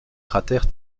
cratère